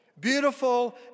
Beautiful